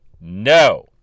No